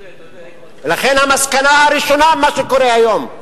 לכן, המסקנה הראשונה ממה שקורה היום,